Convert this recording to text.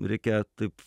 reikia taip